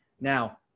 now